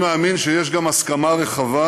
אני מאמין שיש גם הסכמה רחבה